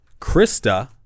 krista